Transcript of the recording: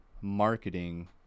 marketing